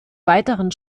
weiteren